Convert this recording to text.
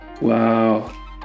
Wow